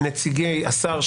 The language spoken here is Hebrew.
לנציגי השר,